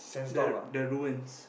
the the ruins